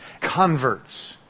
converts